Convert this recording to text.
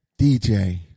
DJ